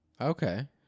Okay